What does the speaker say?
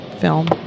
Film